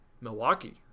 Milwaukee